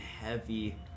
heavy